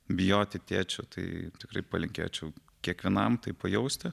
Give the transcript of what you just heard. bijoti tėčio tai tikrai palinkėčiau kiekvienam tai pajausti